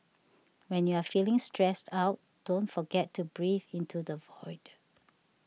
when you are feeling stressed out don't forget to breathe into the void